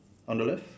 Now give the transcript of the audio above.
on the left